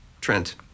Trent